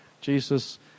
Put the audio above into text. Jesus